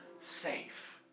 safe